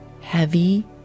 heavy